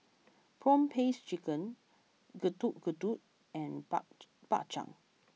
Prawn Paste Chicken Getuk Getuk and Bak Chang